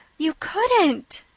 you couldn't!